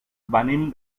venim